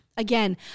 Again